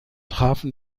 trafen